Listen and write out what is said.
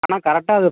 ஆனால் கரெக்டாக அது